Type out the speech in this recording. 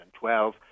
2012